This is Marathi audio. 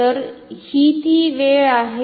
तर ही ती वेळ आहे